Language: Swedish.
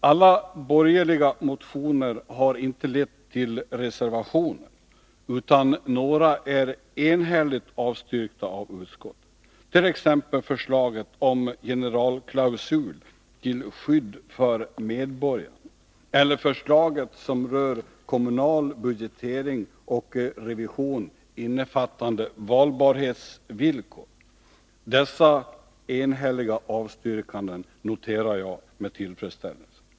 Alla borgerliga motioner har inte lett till reservation, utan några är enhälligt avstyrkta av utskottet, t.ex. förslaget om generalklausul till skydd för medborgarna och förslaget som rör kommunal budgetering och revision innefattande valbarhetsvillkor. Dessa enhälliga avstyrkanden noterar jag med tillfredsställelse.